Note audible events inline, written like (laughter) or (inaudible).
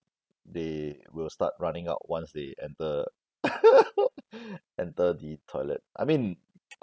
they will start running out once they enter (laughs) enter the toilet I mean (noise)